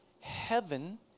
heaven